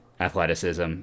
athleticism